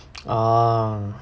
orh